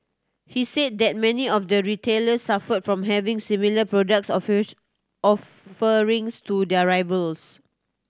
he said that many of the retailers suffered from having similar product offerings to their rivals